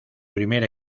primera